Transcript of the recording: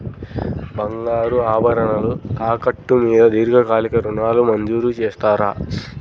బంగారు ఆభరణాలు తాకట్టు మీద దీర్ఘకాలిక ఋణాలు మంజూరు చేస్తారా?